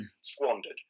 squandered